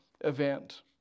event